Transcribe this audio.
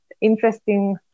interesting